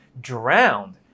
drowned